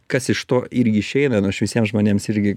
kas iš to irgi išeina nu aš visiems žmonėms irgi